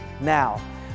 Now